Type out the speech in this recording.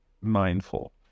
mindful